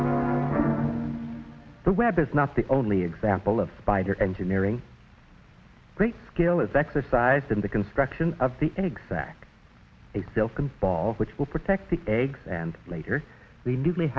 them the web is not the only example of spider engineering great skill is exercised in the construction of the exact itself can fall which will protect the eggs and later